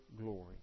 glory